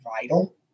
vital